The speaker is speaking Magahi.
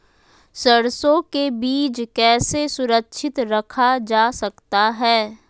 सरसो के बीज कैसे सुरक्षित रखा जा सकता है?